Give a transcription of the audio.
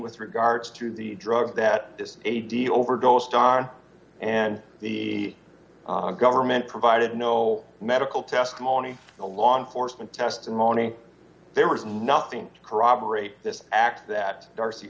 with regards to the drugs that this is a deal overdosed on and the government provided no medical testimony the law enforcement testimony there was nothing to corroborate this act that darcy